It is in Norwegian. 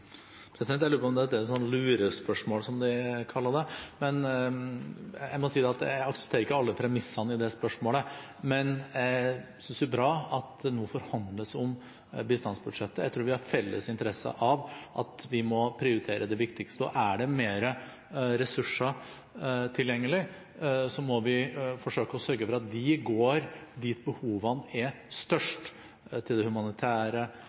Jeg lurer på om dette er et lurespørsmål, som de kaller det. Jeg må si at jeg aksepterer ikke alle premissene i dette spørsmålet, men jeg synes det er bra at det nå forhandles om bistandsbudsjettet. Jeg tror vi har felles interesse av at vi må prioritere det viktigste. Er det flere ressurser tilgjengelig, må vi forsøke å sørge for at de går dit behovene er størst, til det humanitære,